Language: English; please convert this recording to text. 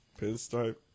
Pinstripe